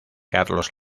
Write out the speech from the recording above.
carlos